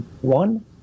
one